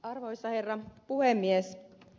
arvoisa herra puhemies